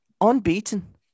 Unbeaten